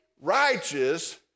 righteous